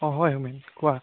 অঁ হয় হোমেন কোৱা